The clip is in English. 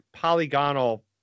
polygonal